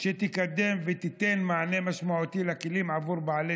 שתקדם ותיתן מענה משמעותי לכלים עבור בעלי